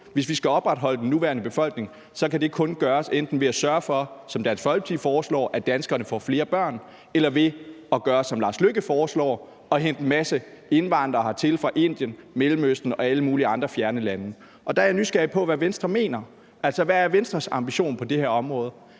hvis vi skal opretholde den nuværende befolkning, kan det kun gøres ved enten at sørge for, som Dansk Folkeparti foreslår det, at danskerne får flere børn, eller ved at gøre, som udenrigsministeren foreslår, og hente en masse indvandrere hertil fra Indien, Mellemøsten og alle mulige andre fjerne lande. Derfor er jeg nysgerrig på at høre, hvad Venstre mener, og hvad der er Venstres ambition på det her område.